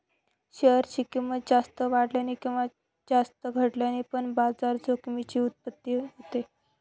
share ची किंमत जास्त वाढल्याने किंवा जास्त घटल्याने पण बाजार जोखमीची उत्पत्ती होते